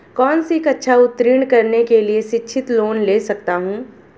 कौनसी कक्षा उत्तीर्ण करने के बाद शिक्षित लोंन ले सकता हूं?